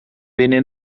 binnen